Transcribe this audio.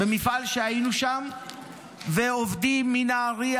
עובדים מנהריה